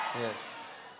Yes